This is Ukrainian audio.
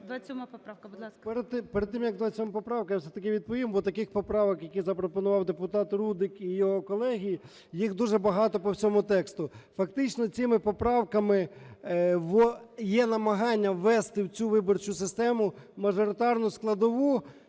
Перед тим, як 27 поправка, я все-таки відповім, бо таких поправок, які запропонував депутат Рудик і його колеги, їх дуже багато по всьому тексту. Фактично цими поправками є намагання ввести в цю виборчу систему мажоритарну складову.